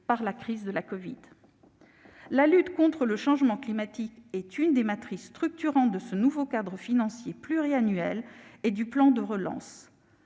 La lutte contre le changement climatique est l'une des matrices structurantes de ce nouveau cadre financier pluriannuel et du plan de relance.